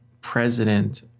president